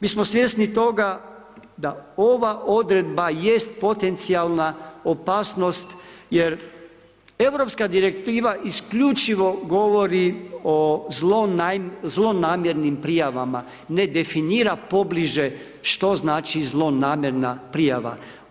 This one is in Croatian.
Mi smo svjesni toga da ova Odredba jest potencijalna opasnost jer Europska direktiva isključiva govori o zlonamjernim prijavama, ne definira pobliže što znači zlonamjerna prijava.